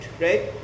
right